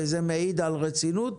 וזה מעיד על רצינות.